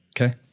Okay